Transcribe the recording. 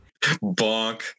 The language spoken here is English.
Bonk